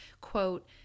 quote